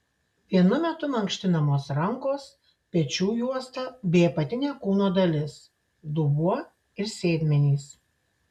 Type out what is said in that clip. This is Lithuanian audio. vienu metu mankštinamos rankos pečių juosta bei apatinė kūno dalis dubuo ir sėdmenys